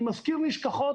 אני מזכיר נשכחות,